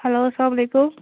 hello اسلام علیکُم